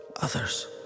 Others